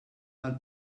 għall